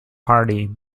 party